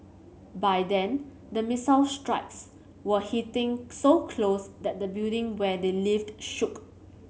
by then the missile strikes were hitting so close that the building where they lived shook